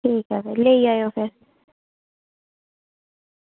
ठीक ऐ फिर लेई जाएओ फिर